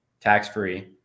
tax-free